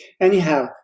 Anyhow